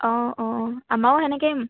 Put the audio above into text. অঁ অঁ আমাৰো সেনেকৈয়ে